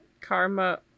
Karma